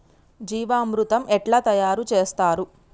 జీవామృతం ఎట్లా తయారు చేత్తరు?